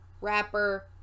rapper